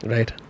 Right